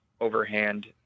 overhand